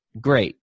great